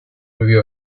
review